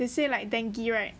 they say like dengue right